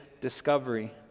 discovery